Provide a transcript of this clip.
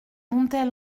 montait